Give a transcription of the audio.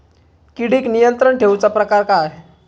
किडिक नियंत्रण ठेवुचा प्रकार काय?